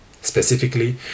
Specifically